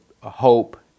hope